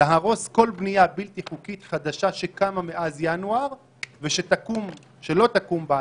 להרוס כל בנייה בלתי חוקית חדשה שקמה מאז ינואר ושלא תקום בעתיד.